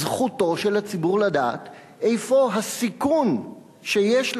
זכותו של הציבור לדעת איפה הסיכון שיש,